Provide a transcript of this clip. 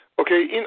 Okay